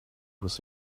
was